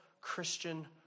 Christian